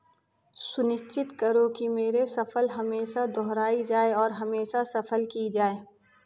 सुनिश्चित करो कि मेरे सफ़ल हमेशा दोहराई जाए और हमेशा सफ़ल की जाए